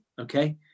okay